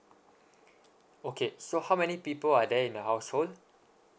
okay so how many people are there in the household